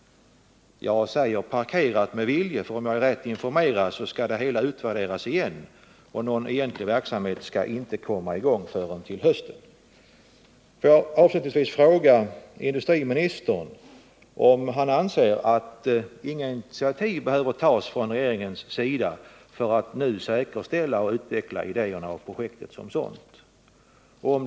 Jag säger parkerat med vilja, för om jag är rätt informerad skall ärendet utvärderas igen och någon egentlig verksamhet skall inte komma i gång förrän till hösten. Får jag avslutningsvis fråga industriministern om han anser att inga initiativ behöver tas från regeringens sida för att säkerställa och utveckla idéerna för projektet som sådant.